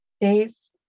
Days